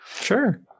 Sure